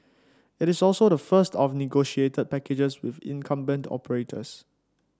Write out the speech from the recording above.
it is also the first of negotiated packages with incumbent operators